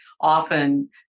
often